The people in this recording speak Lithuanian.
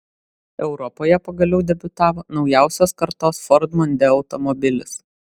europoje pagaliau debiutavo naujausios kartos ford mondeo automobilis